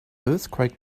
earthquake